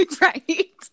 Right